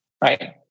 Right